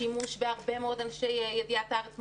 שימוש בהרבה מאוד אנשי ידיעת הארץ,